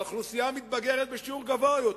והאוכלוסייה מתבגרת בשיעור גבוה יותר.